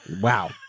Wow